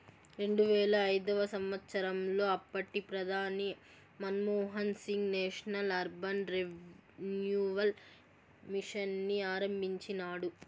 రెండువేల ఐదవ సంవచ్చరంలో అప్పటి ప్రధాని Manmohan Singh national urban renewal mission ని ఆరంభించినాడు